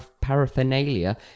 paraphernalia